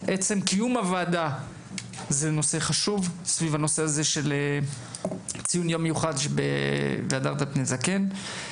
עצם קיום הוועדה סביב הנושא של ציון היום המיוחד: "והדרת פני זקן".